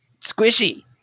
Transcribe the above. squishy